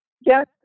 Yes